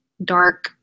Dark